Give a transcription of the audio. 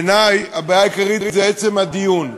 בעיני, הבעיה העיקרית זה עצם הדיון.